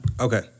Okay